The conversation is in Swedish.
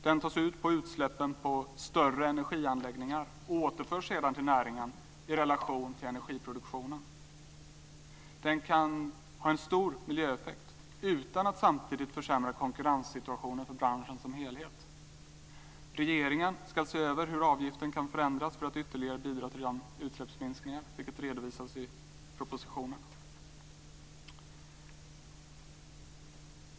Den tas ut på utsläppen från större energianläggningar och återförs sedan till näringen i relation till energiproduktionen. Den kan ha en stor miljöeffekt utan att samtidigt försämra konkurrenssituationen för branschen som helhet. Regeringen ska se över hur avgiften kan förändras för att ytterligare bidra till utsläppsminskningar, vilket redovisas i propositionen.